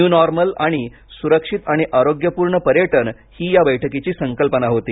new normal आणि सुरक्षित आणि आरोग्यपूर्ण पर्यटन ही या बैठकीची संकल्पना होती